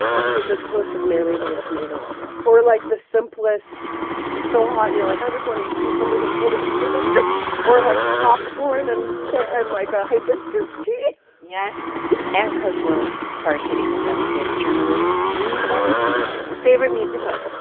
a piece of toast with mayonnaise and a tomato on it or, like, the simplest it's so hot and you're like, i just want to eat cucumbers and hummus for dinner or, like, popcorn and, so like, a hibiscus tea yes and cause we're hard-hitting investigative journalists, we wanted to know. favorite meat to cook?